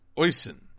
Oisin